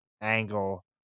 angle